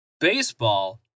Baseball